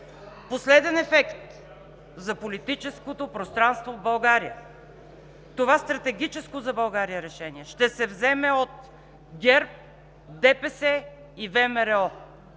Последен ефект за политическото пространство в България. Това стратегическо за България решение ще се вземе от ГЕРБ, ДПС и ВМРО!